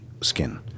skin